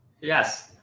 Yes